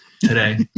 today